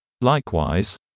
Likewise